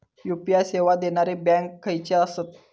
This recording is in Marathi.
यू.पी.आय सेवा देणारे बँक खयचे आसत?